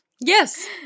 Yes